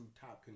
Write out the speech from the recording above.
top